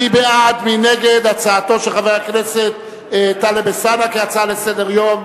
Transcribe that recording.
מי בעד ומי נגד הצעתו של חבר הכנסת טלב אלסאנע כהצעה לסדר-היום,